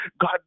God